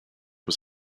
was